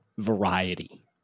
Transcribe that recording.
variety